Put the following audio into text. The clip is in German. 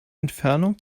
entfernung